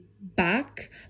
back